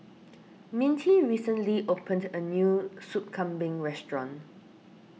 Mintie recently opened a new Sup Kambing restaurant